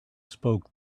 spoke